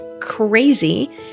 crazy